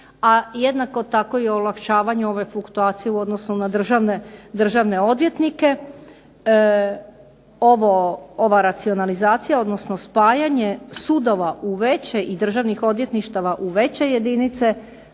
jednako tako olakšavanje ove fluktuacije u odnosu na državne odvjetnike. Ova racionalizacije odnosno spajanje sudova u veće i državnih odvjetništava u veće jedinice